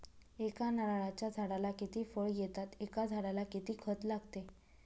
एका नारळाच्या झाडाला किती फळ येतात? एका झाडाला किती खत लागते?